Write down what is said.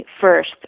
first